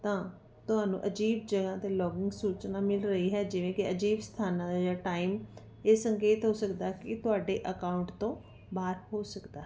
ਤਾਂ ਤੁਹਾਨੂੰ ਅਜੀਬ ਜਾਂ ਅਲੋਗੋ ਸੂਚਨਾ ਮਿਲ ਰਹੀ ਹੈ ਜਿਵੇਂ ਕਿ ਅਜੀਬ ਸਥਾਨਾਂ ਦਾ ਜਾਂ ਟਾਈਮ ਇਹ ਸੰਕੇਤ ਹੋ ਸਕਦਾ ਕਿ ਤੁਹਾਡੇ ਅਕਾਊਂਟ ਤੋਂ ਬਾਹਰ ਹੋ ਸਕਦਾ